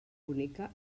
única